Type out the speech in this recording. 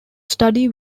study